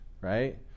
Right